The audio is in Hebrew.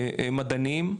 מדענים,